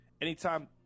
anytime